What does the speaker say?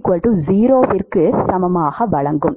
க்கு சமமாக வழங்கும்